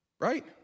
right